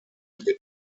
wird